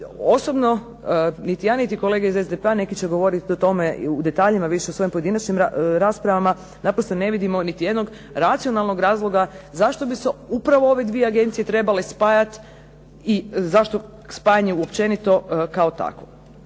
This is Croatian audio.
osobno niti ja niti kolege iz SDP-a, neki će govoriti o tome u detaljima više u svojim pojedinačnim raspravama, naprosto ne vidimo niti jednog racionalnog razloga, zašto bi se upravo ove dvije agencije trebale spajati i zašto spajanje uopćenito kao takvo.